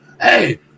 hey